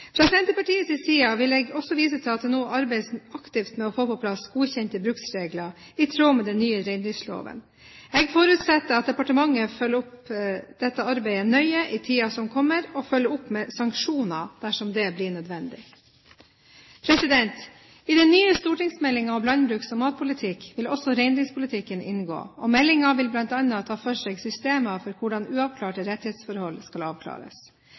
Fra Senterpartiets side vil jeg også vise til at det nå arbeides aktivt med å få på plass godkjente bruksregler i tråd med den nye reindriftsloven. Jeg forutsetter at departementet følger opp dette arbeidet nøye i tiden som kommer, og følger opp med sanksjoner dersom det blir nødvendig. I den nye stortingsmeldingen om landbruks- og matpolitikk vil også reindriftspolitikken inngå, og meldingen vil bl.a. ta for seg systemer for hvordan uavklarte rettighetsforhold skal avklares.